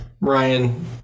Ryan